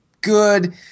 good